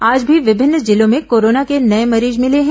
आज भी विभिन्न जिलों में कोरोना के नये मरीज मिले हैं